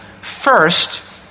First